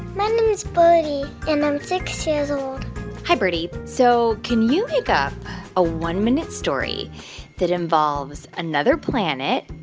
my name's birdie. and i'm six years old hi, birdie. so can you make up a one-minute story that involves another planet,